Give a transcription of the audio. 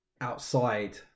outside